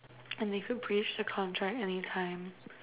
and if you breach the contract anytime